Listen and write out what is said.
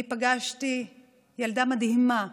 אני פגשתי ילדה מדהימה,